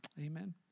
Amen